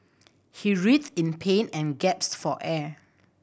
he writhed in pain and gasped for air